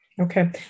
Okay